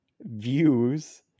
views